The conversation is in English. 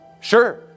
Sure